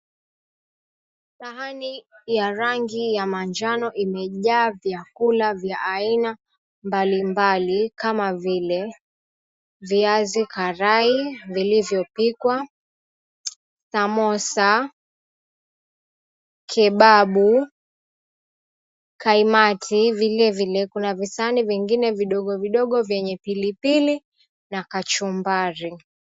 Sahani ya rangi ya majano imejaa vyakula vya aina mbalimbali kama vile viazi karai vilivyopikwa, samosa, kebabu, kaimati. Vilevile kuna visahani vyengine vidogo vidogo vyenye pilipili na kachumbari.